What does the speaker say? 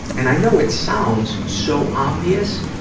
and i know it sounds so obvious,